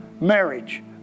marriage